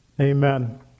amen